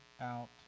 out